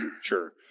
Sure